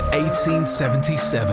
1877